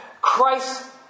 Christ